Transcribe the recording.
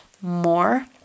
more